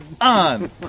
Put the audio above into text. on